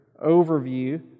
overview